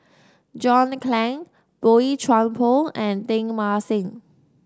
John Clang Boey Chuan Poh and Teng Mah Seng